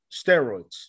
steroids